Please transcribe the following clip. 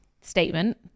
Statement